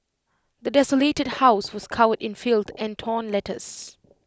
the desolated house was covered in filth and torn letters